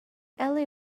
ellie